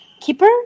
Keeper